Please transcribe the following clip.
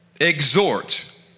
exhort